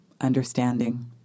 understanding